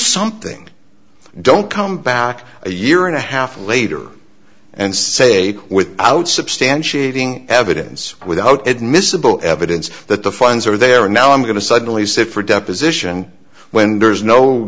something don't come back a year and a half later and say without substantiating evidence without admissible evidence that the funds are there and now i'm going to suddenly sit for deposition when there's no